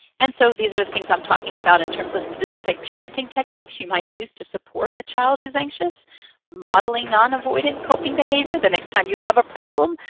and so these are the things i'm talking about in terms of specific parenting techniques you might use to support a child who's anxious modeling non-avoidant coping behavior. the next time you have a problem,